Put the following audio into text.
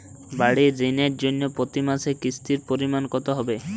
বাড়ীর ঋণের জন্য প্রতি মাসের কিস্তির পরিমাণ কত হবে?